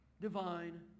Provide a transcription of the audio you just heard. divine